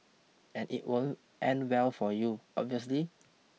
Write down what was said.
and it won't end well for you obviously